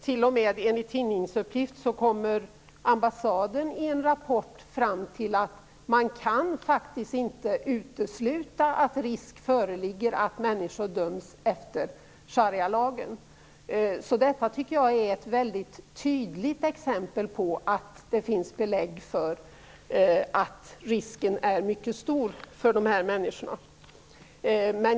Enligt en tidningsuppgift kommer ambassaden i en rapport fram till att man faktiskt inte kan utesluta att risk föreligger för att människor döms efter sharialagen. Detta tycker jag är ett väldigt tydligt exempel på att det finns belägg för att risken är mycket stor för dessa människor.